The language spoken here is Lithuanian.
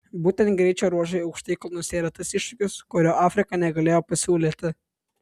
būtent greičio ruožai aukštai kalnuose yra tas iššūkis kurio afrika negalėjo pasiūlyti